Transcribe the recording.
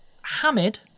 Hamid